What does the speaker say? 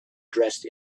dressed